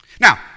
Now